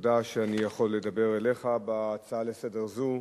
תודה שאני יכול לדבר אליך בהצעה לסדר-היום זו.